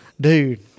Dude